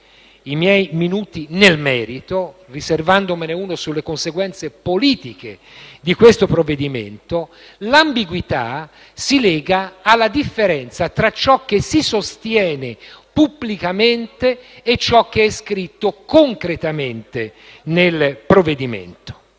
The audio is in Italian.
i miei minuti nel merito, riservandomene uno sulle conseguenze politiche di questo provvedimento - l'ambiguità si lega alla differenza tra ciò che si sostiene pubblicamente e ciò che è scritto concretamente nel provvedimento.